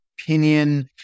opinion